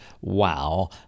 wow